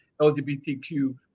LGBTQ